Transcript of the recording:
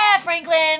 Franklin